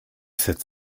cette